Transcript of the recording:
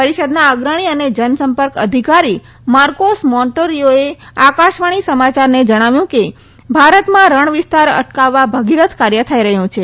પરિષદના અગ્રણી અને જનસંપર્ક અધિકારી માર્કોસ મોન્ટોરીઓએ આકાશવાણી સમયારને જણાવ્યું કે ભારતમાં રણ વિસ્તાર અટકાવવા ભગીરથ કાર્ય થઈ રહયું છે